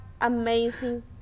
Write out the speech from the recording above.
amazing